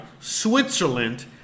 Switzerland